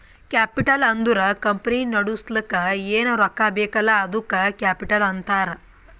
capital ಅಂದುರ್ company ನಡುಸ್ಲಕ್ ಏನ್ ರೊಕ್ಕಾ ಬೇಕಲ್ಲ ಅದ್ದುಕ ಕ್ಯಾಪಿಟಲ್ ಅಂತಾರ್